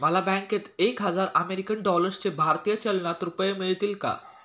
मला बँकेत एक हजार अमेरीकन डॉलर्सचे भारतीय चलनात रुपये मिळतील का?